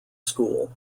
school